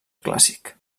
clàssic